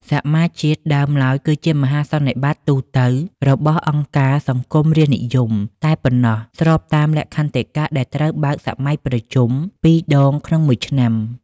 សមាជជាតិដើមឡើយគឺជាមហាសន្និបាតទូទៅរបស់អង្គការសង្គមរាស្ត្រនិយមតែប៉ុណ្ណោះ ស្របតាមលក្ខន្តិកៈដែលត្រូវបើកសម័យប្រជុំ ២ ដងក្នុងមួយឆ្នាំ។